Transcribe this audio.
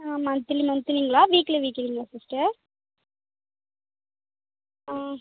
ஆ monthly மந்த்லிங்களா weekly வீக்லிங்களா sister ஆ